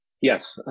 Yes